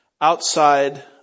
outside